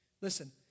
listen